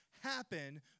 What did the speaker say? happen